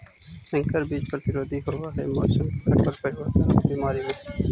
संकर बीज प्रतिरोधी होव हई मौसम के कठोर परिवर्तन और बीमारी में